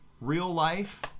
real-life